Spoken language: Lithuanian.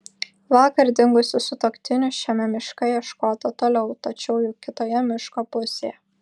vakar dingusių sutuoktinių šiame miške ieškota toliau tačiau jau kitoje miško pusėje